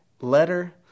letter